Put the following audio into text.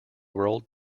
world